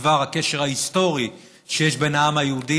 בדבר הקשר ההיסטורי שיש בין העם היהודי,